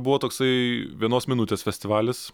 buvo toksai vienos minutės festivalis